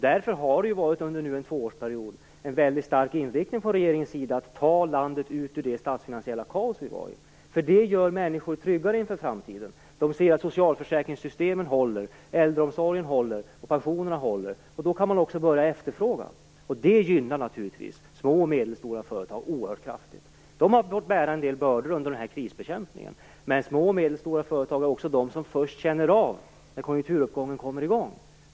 Därför har regeringen haft en väldigt stark inriktning under en tvåårsperiod att ta landet ut ur det statsfinansiella kaos vi befann oss i. Det gör människor tryggare inför framtiden. De ser att socialförsäkringssystemen, äldreomsorgen och pensionerna håller. Då kan man också börja efterfråga. Det gynnar naturligtvis små och medelstora företag oerhört kraftigt. De har fått bära en del bördor under den här krisbekämpningen, men små och medelstora företag är också de som först känner av när konjunkturuppgången kommer i gång.